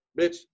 bitch